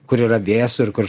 kur yra vėsu ir kur